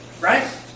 Right